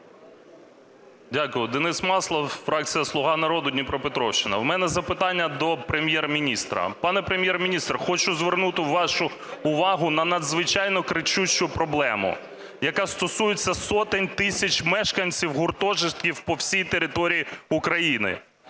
Дякую. Денис Маслов, фракція "Слуга народу", Дніпропетровщина. У мене запитання до Прем'єр-міністра. Пане Прем'єр-міністре, хочу звернути вашу увагу на надзвичайно кричущу проблему, яка стосується сотень тисяч мешканців гуртожитків по всій території України.